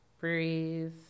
breathe